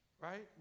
right